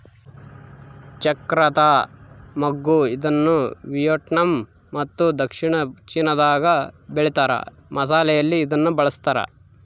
ಚಕ್ತ್ರ ಮಗ್ಗು ಇದನ್ನುವಿಯೆಟ್ನಾಮ್ ಮತ್ತು ದಕ್ಷಿಣ ಚೀನಾದಾಗ ಬೆಳೀತಾರ ಮಸಾಲೆಯಲ್ಲಿ ಇದನ್ನು ಬಳಸ್ತಾರ